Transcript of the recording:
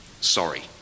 sorry